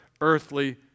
earthly